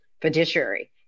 fiduciary